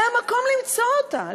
זה המקום למצוא אותה,